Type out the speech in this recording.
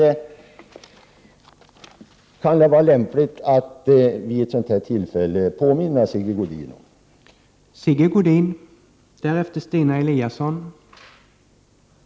Det kan vara lämpligt att vid ett sådan här tillfälle påminna Sigge Godin om detta.